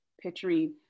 picturing